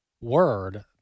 word